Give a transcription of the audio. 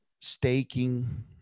staking